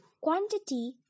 quantity